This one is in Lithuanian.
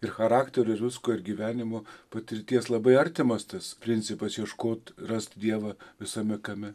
ir charakterio ir visko ir gyvenimo patirties labai artimas tas principas ieškot rast dievą visame kame